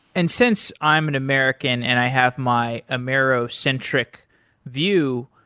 and since i'm an american and i have my amero-centric view,